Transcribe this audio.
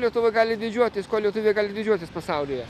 lietuva gali didžiuotis kuo lietuviai gali didžiuotis pasaulyje